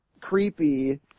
creepy